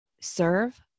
serve